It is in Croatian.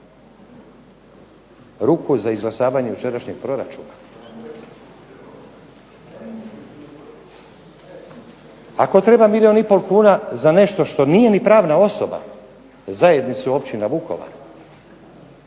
ruku za izglasavanjem jučerašnjeg proračuna? Ako treba milijun i pol kuna za nešto što nije ni pravna osoba za Zajednicu općina Vukovar